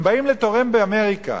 הם באים לתורם באמריקה,